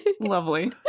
Lovely